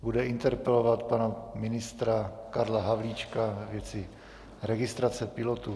Bude interpelovat pana ministra Karla Havlíčka ve věci registrace pilotů.